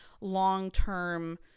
long-term